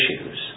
issues